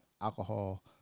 alcohol